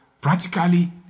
practically